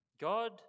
God